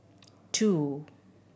two